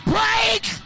Break